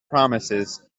promises